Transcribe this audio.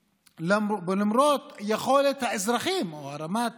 למרות שיכולת האזרחים, או רמת